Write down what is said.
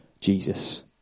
Jesus